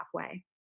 halfway